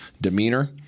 demeanor